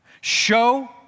show